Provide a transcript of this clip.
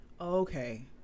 Okay